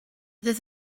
this